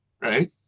right